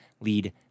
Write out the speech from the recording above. lead